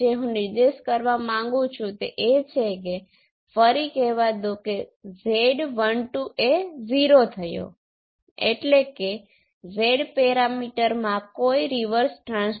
તેથી નિર્ણાયક તફાવત એ છે કે જે રીતે આપણે મૂળ રીતે સર્કિટ માં આવે છે અને તે માત્ર ત્યારે જ થાય છે કે જ્યારે ઓપ એમ્પ એક ઋણાત્મક ફીડબેકમાં હોય અને તેના ઇનપુટ્સ વર્ચ્યુઅલ